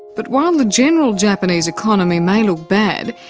but while the general japanese economy may look bad,